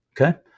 Okay